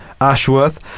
ashworth